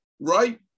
right